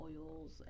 oils